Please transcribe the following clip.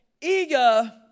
eager